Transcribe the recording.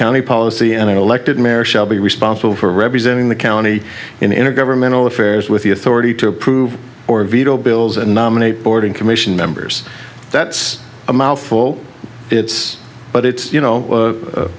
county policy and an elected mayor shall be responsible for representing the county in intergovernmental affairs with the authority to approve or veto bills and nominate boarding commission members that's a mouthful it's but it's you know